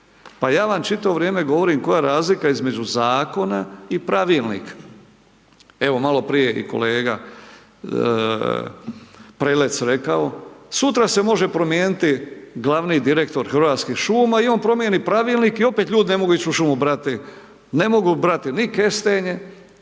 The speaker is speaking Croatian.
pa ja vam čitavo vrijeme govorim koja je zakona između zakona i pravilnika. Evo malo prije je i kolega Prelec rekao, sutra se može promijenit glavni direktor Hrvatskih šuma i on promijeni pravilnik i opet ljudi ne mogu ići u šumu brati, ne mogu brati ni kestenje